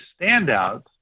standouts